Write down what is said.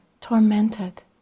tormented